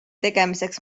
tegemiseks